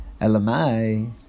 Elamai